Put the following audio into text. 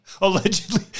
allegedly